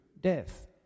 death